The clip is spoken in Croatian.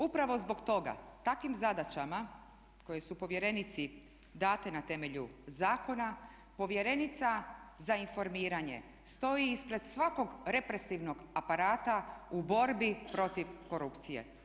Upravo zbog toga takvim zadaćama koje su povjerenici dane na temelju zakona povjerenica za informiranje stoji ispred svakog represivnog aparata u borbi protiv korupcije.